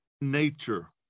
nature